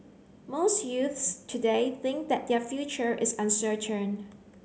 most youths today think that their future is uncertain